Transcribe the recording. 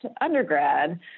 undergrad